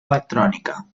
electrònica